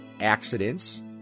accidents